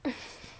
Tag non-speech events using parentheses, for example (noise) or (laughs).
(laughs)